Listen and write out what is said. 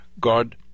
God